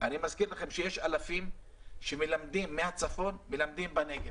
אני מזכיר לכם שיש אלפים מהצפון שמלמדים בנגב